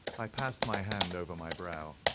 i passed my hand over my brow.